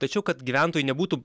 tačiau kad gyventojui nebūtų